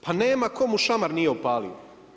Pa nema komu šamar nije opalio.